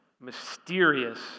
mysterious